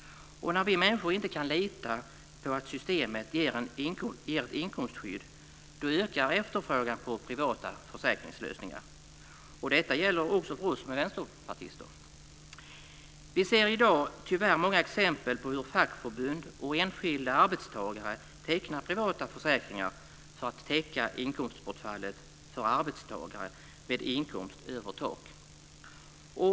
När vi människor inte kan lita på att systemet ger ett inkomstskydd ökar efterfrågan på privata försäkringslösningar. Detta gäller också oss som är vänsterpartister. Vi ser i dag tyvärr många exempel på hur fackförbund och enskilda arbetstagare tecknar privata försäkringar för att täcka inkomstbortfallet för arbetstagare med inkomst över tak.